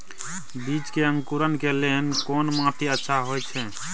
बीज के अंकुरण के लेल कोन माटी अच्छा होय छै?